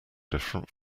different